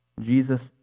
Jesus